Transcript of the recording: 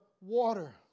water